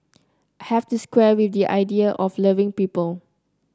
have to square with the idea of loving people